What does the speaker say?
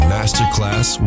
Masterclass